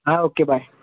हां okay bye